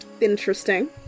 Interesting